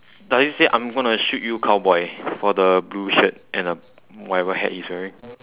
does it say I'm gonna shoot you cowboy for the blue shirt and uh whatever hat he's wearing